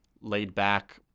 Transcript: laid-back